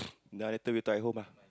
dah later we talk at home lah